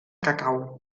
cacau